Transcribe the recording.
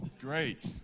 Great